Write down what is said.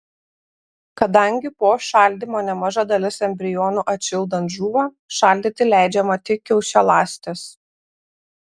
kadangi po šaldymo nemaža dalis embrionų atšildant žūva šaldyti leidžiama tik kiaušialąstes